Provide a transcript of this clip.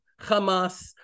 Hamas